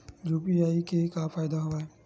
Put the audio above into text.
UPI के का फ़ायदा हवय?